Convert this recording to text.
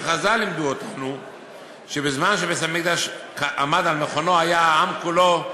שחז"ל לימדו אותנו שבזמן שבית-המקדש עמד על מכונו היה העם כולו,